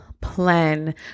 plan